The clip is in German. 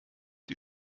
die